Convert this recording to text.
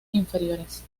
inferiores